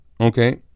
Okay